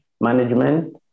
management